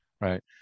right